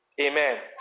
Amen